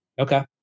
Okay